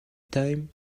time